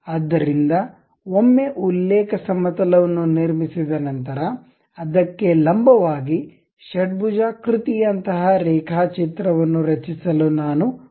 ಆದ್ದರಿಂದ ಒಮ್ಮೆ ಉಲ್ಲೇಖ ಸಮತಲವನ್ನು ನಿರ್ಮಿಸಿದ ನಂತರ ಅದಕ್ಕೆ ಲಂಬವಾಗಿ ಷಡ್ಭುಜಾಕೃತಿಯಂತಹ ರೇಖಾಚಿತ್ರವನ್ನು ರಚಿಸಲು ನಾನು ಬಯಸುತ್ತೇನೆ